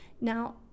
now